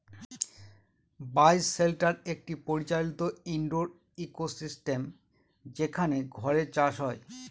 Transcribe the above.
বায় shelter একটি পরিচালিত indoor ecosystem যেখানে ঘরে চাষ হয়